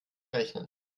rechnen